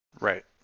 Right